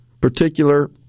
particular